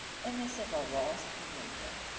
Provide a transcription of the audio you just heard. in the civil wars of romania,